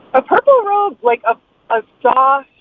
a purple robe, like ah a soft.